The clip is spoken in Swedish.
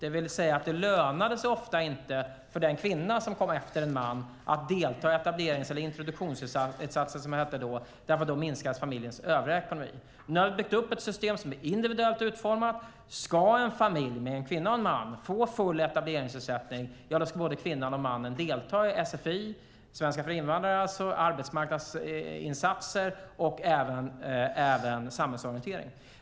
Det vill säga att det ofta inte lönade sig för den kvinna som kom efter en man att delta i etablerings eller introduktionsinsatser, som det då hette, för då minskades familjens övriga ekonomi. Nu har vi byggt upp ett system som är individuellt utformat. Ska en familj med en kvinna och en man få full etableringsersättning ska både kvinnan och mannen delta i sfi, alltså svenska för invandrare, arbetsmarknadsinsatser och i samhällsorientering.